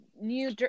new